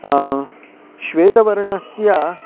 श्वेतवर्णस्य